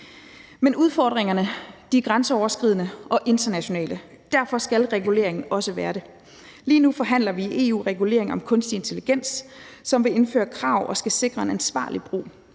Men udfordringerne er grænseoverskridende og internationale, og derfor skal reguleringen også være det. Lige nu forhandler vi i EU om regulering af kunstig intelligens, som vil indføre krav og skal sikre en ansvarlig brug